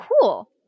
cool